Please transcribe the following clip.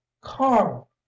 carl